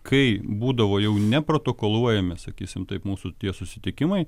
kai būdavo jau neprotokoluojami sakysim taip mūsų tie susitikimai